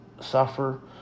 suffer